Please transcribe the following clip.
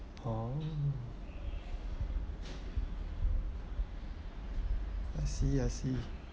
orh I see I see